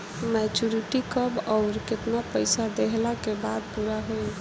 Maturity कब आउर केतना पईसा देहला के बाद पूरा होई?